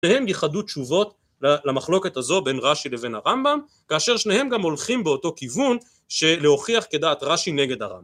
‫שניהם ייחדו תשובות למחלוקת הזו ‫בין רש"י לבין הרמב״ם, ‫כאשר שניהם גם הולכים באותו כיוון ‫שלהוכיח כדעת רש"י נגד הרמב״ם.